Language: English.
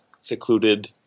secluded